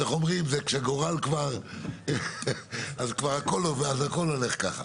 אז איך אומרים, כבר הכול הולך ככה.